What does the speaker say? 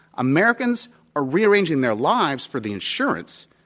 americans are rearranging their lives for the insurance.